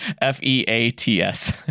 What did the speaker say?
F-E-A-T-S